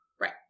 Right